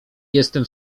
jestem